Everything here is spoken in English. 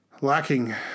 lacking